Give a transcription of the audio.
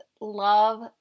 love